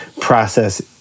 process